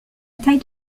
taille